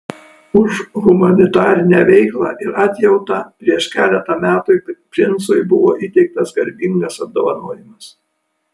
už humanitarinę veiklą ir atjautą prieš keletą metų princui buvo įteiktas garbingas apdovanojimas